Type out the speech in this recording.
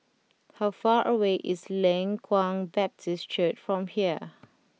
how far away is Leng Kwang Baptist Church from here